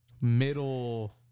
middle